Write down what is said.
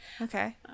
Okay